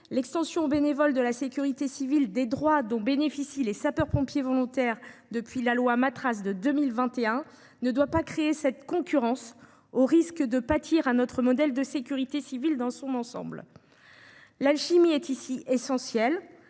L’extension aux bénévoles de sécurité civile des droits dont bénéficient les sapeurs pompiers volontaires depuis la loi Matras de 2021 ne doit pas créer une telle concurrence, sous peine de nuire à notre modèle de sécurité civile dans son ensemble. L’alchimie est ici essentielle